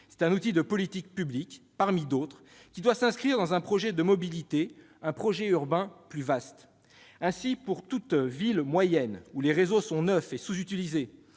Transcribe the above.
d'un outil de politique publique parmi d'autres, qui doit s'inscrire dans un projet de mobilité, un projet urbain plus vaste. Ainsi, pour toutes les villes moyennes où les réseaux sont neufs et sous-utilisés